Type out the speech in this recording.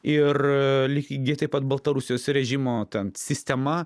ir lygiai taip pat baltarusijos režimo ten sistema